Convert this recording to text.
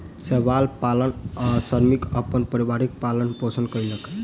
शैवाल पालन सॅ श्रमिक अपन परिवारक पालन पोषण कयलक